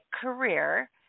career